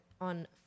on